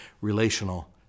relational